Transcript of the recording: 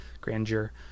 grandeur